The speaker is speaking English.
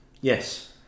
Yes